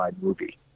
movie